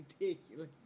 ridiculous